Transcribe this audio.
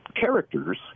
characters